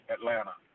Atlanta